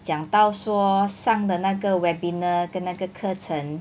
讲到说上的那个 webinar 跟那个课程